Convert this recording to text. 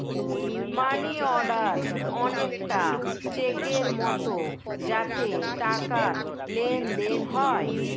মানি order অনেকটা চেকের মতো যাতে টাকার লেনদেন হয়